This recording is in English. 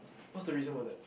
what's the reason for that